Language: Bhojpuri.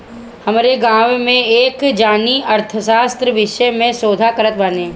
हमरी गांवे में एक जानी अर्थशास्त्र विषय में शोध करत बाने